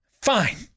Fine